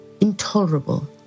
intolerable